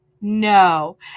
no